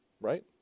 right